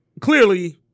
clearly